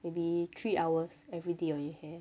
maybe three hours everyday on your hair